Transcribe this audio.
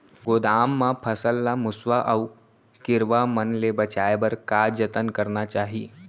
गोदाम मा फसल ला मुसवा अऊ कीरवा मन ले बचाये बर का जतन करना चाही?